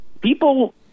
people